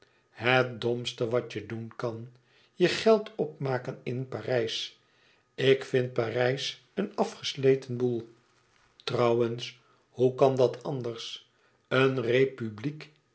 het domste wat je doen kan je geld opmaken in parijs ik vind parijs een afgesleten boel trouwens hoe kan dat anders een republiek